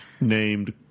named